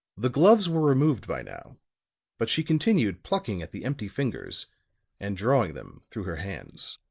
the gloves were removed by now but she continued plucking at the empty fingers and drawing them through her hands.